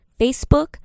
Facebook